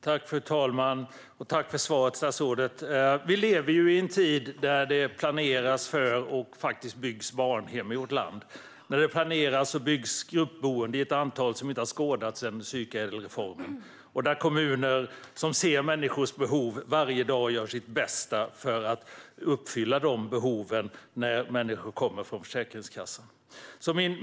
Fru talman! Tack för svaret, statsrådet! Vi lever i en tid när det planeras för och faktiskt byggs barnhem i vårt land och när det planeras och byggs gruppboenden i ett antal som inte har skådats sedan psykädelreformen. Kommuner som ser människors behov gör nu varje dag sitt bästa för att uppfylla dessa behov när människor kommer från Försäkringskassan.